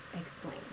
explain